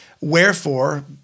Wherefore